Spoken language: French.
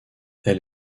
elle